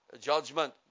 judgment